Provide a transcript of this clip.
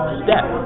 step